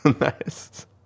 Nice